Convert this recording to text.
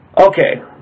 Okay